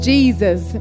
Jesus